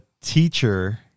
teacher